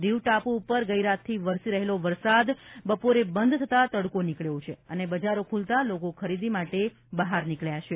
દિવ ટાપુ ઉપર ગઇરાતથી વરસી રહેલો વરસાદ બપોરે બંધ થતાં તડકો નિકળ્યો છે અને બજારો ખુલતાં લોકો ખરીદી માટે બહાર નીકળ્યાં છે